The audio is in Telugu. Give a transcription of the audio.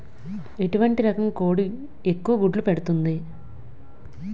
ఎటువంటి రకం కోడి ఎక్కువ గుడ్లు పెడుతోంది?